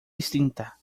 distinta